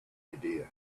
idea